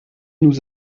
nous